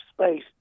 space